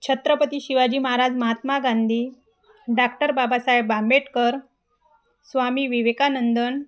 Chhatrapati Shivaji Maharaj Mahatma Gandhi doctor Babasaheb Ambedkar Swami Vivekanandan